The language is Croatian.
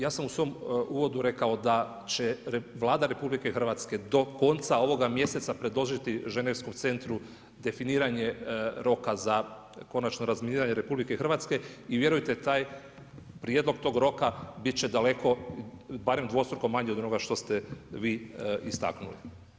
Ja sam u svom uvodu rekao da će Vlada RH do konca ovoga mjeseca predložiti Ženevskom centru definiranje roka za konačno razminiranje RH i vjerujte taj prijedlog tog roka bit će daleko barem dvostruko manji od onoga što ste vi istaknuli.